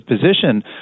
position